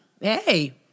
hey